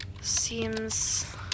seems